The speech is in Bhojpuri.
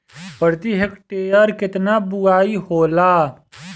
प्रति हेक्टेयर केतना बुआई होला?